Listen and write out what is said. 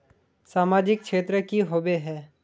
सामाजिक क्षेत्र की होबे है?